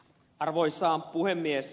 arvoisa puhemies